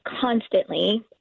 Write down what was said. constantly